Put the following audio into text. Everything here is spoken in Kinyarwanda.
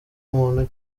muntu